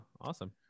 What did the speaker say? Awesome